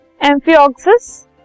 Amphioxus